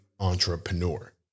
entrepreneur